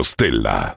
Stella